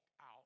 out